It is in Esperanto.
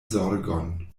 zorgon